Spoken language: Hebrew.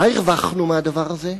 מה הרווחנו מהדבר הזה?